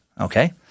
okay